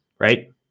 right